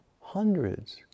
hundreds